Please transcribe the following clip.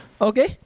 Okay